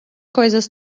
coisas